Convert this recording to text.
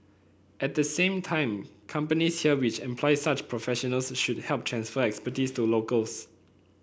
at the same time companies here which employ such professionals should help transfer expertise to locals